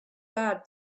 bad